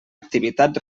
activitat